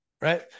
right